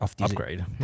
Upgrade